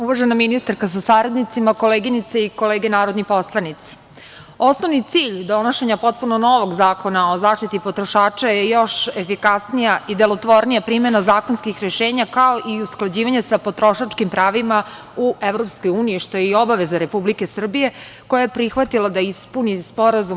Uvažena ministarka sa saradnicima, koleginice i kolege narodni poslanici, osnovni cilj donošenja potpuno novog zakona o zaštiti potrošača je još efikasnija i delotvornija primena zakonskih rešenja, kao i usklađivanja sa potrošačkim pravima u EU, što je i obaveza Republike Srbije koje je prihvatila da ispuni SPP EU.